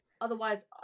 Otherwise